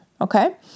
okay